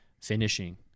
finishing